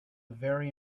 very